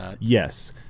yes